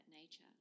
nature